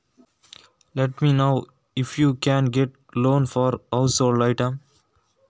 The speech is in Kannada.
ಗೃಹ ಉಪಯೋಗಿ ವಸ್ತುಗಳಿಗೆ ಸಾಲ ಸಿಗುವುದೇ ತಿಳಿಸಿ?